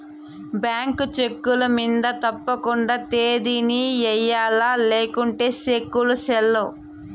bank చెక్కుల మింద తప్పకండా తేదీని ఎయ్యల్ల లేకుంటే సెక్కులు సెల్లవ్